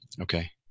Okay